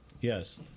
yes